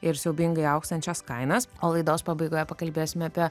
ir siaubingai augsiančias kainas o laidos pabaigoje pakalbėsime apie